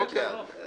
לאט לאט.